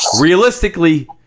realistically